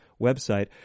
website